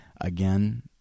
again